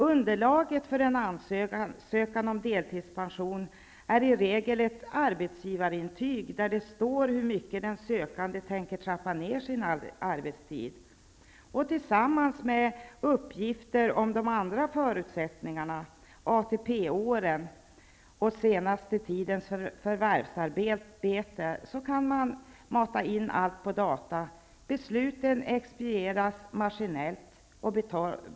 Underlaget för en ansökan om deltidspension är i regel ett arbetsgivarintyg, där det står hur mycket den sökande tänker trappa ner sin arbetstid, och detta kan tillsammans med uppgifter om de andra förutsättningarna, ATP-åren och den senaste tidens förvärvsarbete, sedan matas in på data. Besluten expedieras maskinellt.